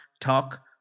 talk